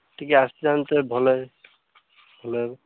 ଟିକେ ଆସିଥାନ୍ତେ ଭଲ ଭଲ ହେବ